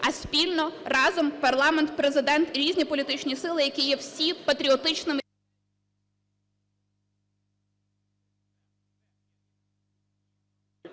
а спільно, разом: парламент, Президент і різні політичні сили, які є всі патріотичними